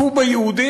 הכו ביהודים,